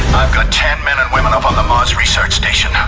i've got ten men and women up on the maz research station.